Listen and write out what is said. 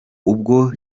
ubwo